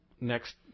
next